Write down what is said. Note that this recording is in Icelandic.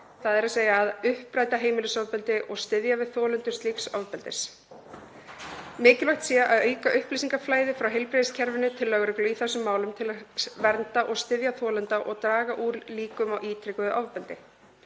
þ.e. að uppræta heimilisofbeldi og styðja við þolendur slíks ofbeldis. Mikilvægt sé að auka upplýsingaflæði frá heilbrigðiskerfinu til lögreglu í þessum málum til að vernda og styðja þolendur og draga úr líkum á ítrekuðu ofbeldi.